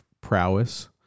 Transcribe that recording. prowess